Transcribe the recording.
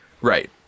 Right